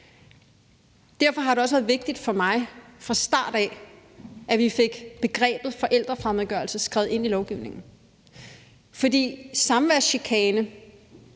Derfor har det også været vigtigt for mig fra starten af, at vi fik begrebet forældrefremmedgørelse skrevet ind i lovgivningen. For samværschikane